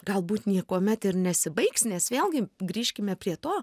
galbūt niekuomet ir nesibaigs nes vėlgi grįžkime prie to